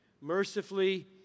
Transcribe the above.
mercifully